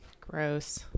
Gross